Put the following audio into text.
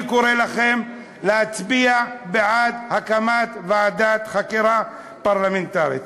אני קורא לכם להצביע בעד הקמת ועדת חקירה פרלמנטרית.